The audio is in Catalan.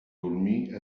dormir